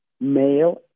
male